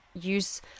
use